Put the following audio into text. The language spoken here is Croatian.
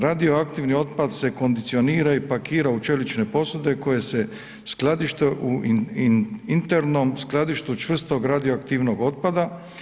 Radioaktivni otpad se kondicionira i pakira u čelične posude koje se skladište u internom skladištu čvrstog radioaktivnog otpada.